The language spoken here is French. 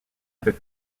avec